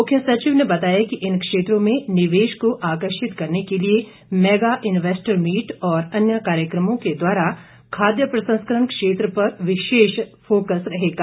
मुख्य सचिव ने बताया कि इन क्षेत्रों में निवेश को आकर्षित करने के लिए मैगा इन्वेस्टर मीट और अन्य कार्यक्रमों के द्वारा खाद्य प्रसंस्करण क्षेत्र पर विशेष फोकस रहेगा